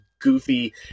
goofy